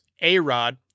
A-Rod